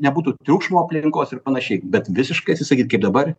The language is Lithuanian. nebūtų triukšmo aplinkos ir panašiai bet visiškai atsisakyt kaip dabar